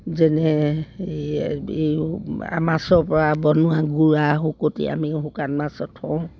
যেনে এই এই মাছৰপৰা বনোৱা গুড়া শুকতি আমি শুকান মাছত থওঁ